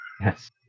Yes